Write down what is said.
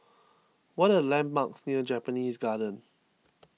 what are the landmarks near Japanese Garden